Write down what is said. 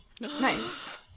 Nice